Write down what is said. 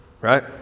right